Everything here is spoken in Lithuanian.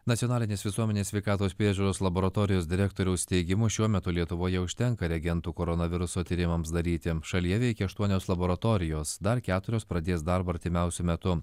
nacionalinės visuomenės sveikatos priežiūros laboratorijos direktoriaus teigimu šiuo metu lietuvoje užtenka reagentų koronaviruso tyrimams daryti šalyje veikia aštuonios laboratorijos dar keturios pradės darbą artimiausiu metu